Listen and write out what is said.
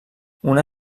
una